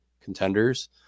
contenders